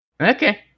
Okay